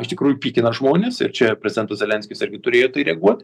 iš tikrųjų pykina žmones ir čia prezidentas zelenskis irgi turėjo į tai reaguot